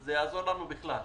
זה יעזור לנו בכלל.